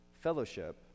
fellowship